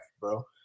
bro